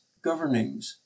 GOVERNINGS